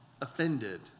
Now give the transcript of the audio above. offended